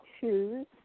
shoes